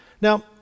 Now